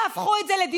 לא תהפכו את זה לדיון